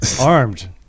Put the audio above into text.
Armed